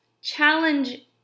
challenge